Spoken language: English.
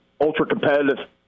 ultra-competitive